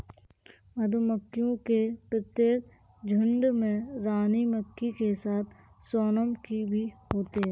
मधुमक्खियों के प्रत्येक झुंड में रानी मक्खी के साथ सोनम की भी होते हैं